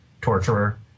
torturer